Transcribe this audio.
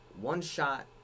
one-shot